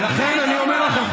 ולכן אני אומר לכם,